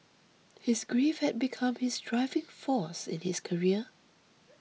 his grief had become his driving force in his career